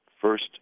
first